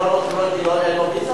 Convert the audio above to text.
למה לא, כי לא תהיה לו ויזה?